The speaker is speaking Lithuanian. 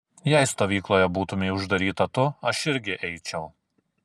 jei stovykloje būtumei uždaryta tu aš irgi eičiau